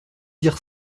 dire